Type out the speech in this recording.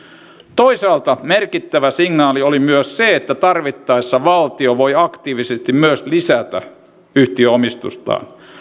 toisaalta merkittävä signaali oli myös se että tarvittaessa valtio voi aktiivisesti myös lisätä yhtiöomistustaan